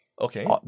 Okay